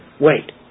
Wait